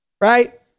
right